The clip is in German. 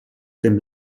dem